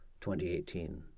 2018